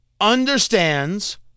understands